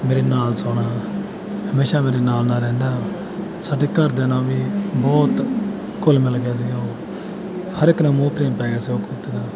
ਮੇਰੇ ਨਾਲ ਸੌਣਾ ਹਮੇਸ਼ਾ ਮੇਰੇ ਨਾਲ ਨਾਲ ਰਹਿੰਦਾ ਸਾਡੇ ਘਰਦਿਆਂ ਨਾਲ ਵੀ ਬਹੁਤ ਘੁੱਲ ਮਿਲ ਗਿਆ ਸੀਗਾ ਉਹ ਹਰ ਇੱਕ ਨਾਲ ਮੋਹ ਪ੍ਰੇਮ ਪੈ ਗਿਆ ਸੀ ਉਹ ਕੁੱਤੇ ਦਾ